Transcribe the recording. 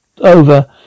over